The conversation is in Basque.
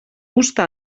uzta